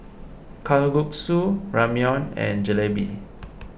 Kalguksu Ramyeon and Jalebi